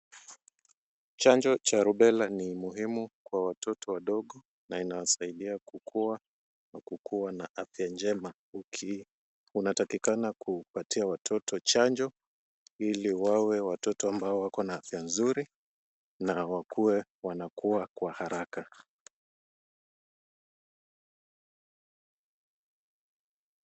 Chanjo cha rubela ni muhimu kwa watoto wadogo na inawasaidia kukua na kukuwa na afya njema. Unatakikana kupatia watoto chanjo, ili wawe watoto ambao wako na afya nzuri na wakuwe wanakua kwa haraka.